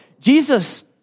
Jesus